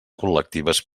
col·lectives